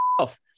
off